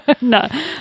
No